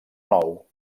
nou